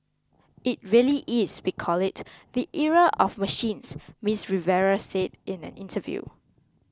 it really is we call it the era of machines Miss Rivera said in an interview